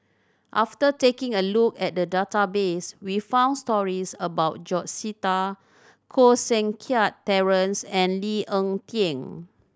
after taking a look at the database we found stories about George Sita Koh Seng Kiat Terence and Lee Ek Tieng